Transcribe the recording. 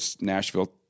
Nashville